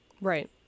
Right